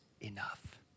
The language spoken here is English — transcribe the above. enough